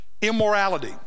Immorality